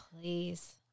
please